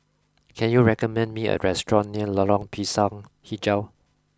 can you recommend me a restaurant near Lorong Pisang HiJau